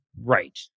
Right